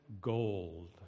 gold